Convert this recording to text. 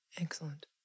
Excellent